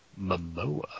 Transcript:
Momoa